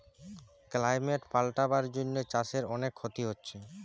climate পাল্টাবার জন্যে চাষের অনেক ক্ষতি হচ্ছে